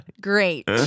Great